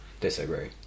Disagree